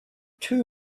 two